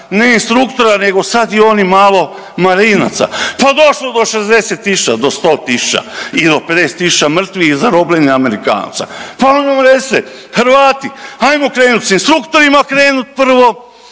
ne instruktora nego sad i onih malo marinaca, pa došlo do 60 tisuća, do 100 tisuća i do 50 tisuća mrtvih i zarobljenih Amerikanaca, pa onda nam recite, Hrvati hajmo krenut s instruktorima, krenut prvo